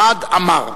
חַמַד עמַאר.